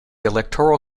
electoral